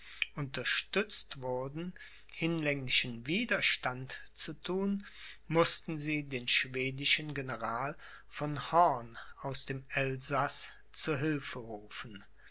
unterstützt wurden hinlänglichen widerstand zu thun mußten sie den schwedischen general von horn aus dem elsaß zu hilfe rufen